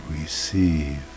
receive